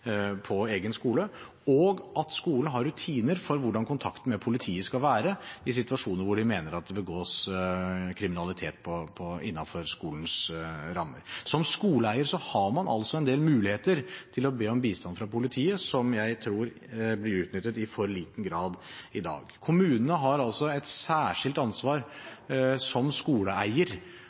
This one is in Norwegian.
på egen skole, og at skolen har rutiner for hvordan kontakten med politiet skal være i situasjoner hvor de mener at det begås kriminalitet innenfor skolens rammer. Som skoleeier har man en del muligheter til å be om bistand fra politiet, som jeg tror blir utnyttet i for liten grad i dag. Kommunene har altså et særskilt ansvar som skoleeier